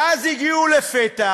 ואז הגיעו לפתע